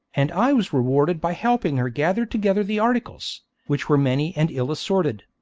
and i was rewarded by helping her gather together the articles, which were many and ill-assorted.